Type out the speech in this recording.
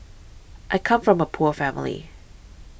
I come from a poor family